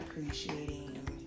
appreciating